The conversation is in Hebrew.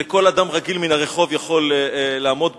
שכל אדם רגיל מן הרחוב יכול לעמוד בו,